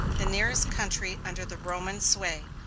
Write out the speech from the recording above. the nearest country under the roman sway,